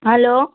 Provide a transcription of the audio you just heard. hello